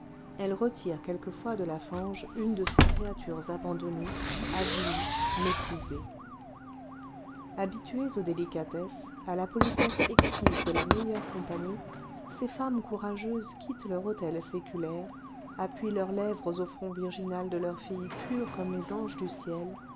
elles retirent quelquefois de la fange une de ces créatures abandonnées avilies méprisées habituées aux délicatesses à la politesse exquise de la meilleure compagnie ces femmes courageuses quittent leur hôtel séculaire appuient leurs lèvres au front virginal de leurs filles pures comme les anges du ciel